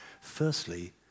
Firstly